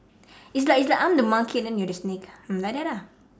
it's like it's like I'm the monkey and then you are the snake mm like that ah